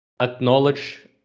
acknowledge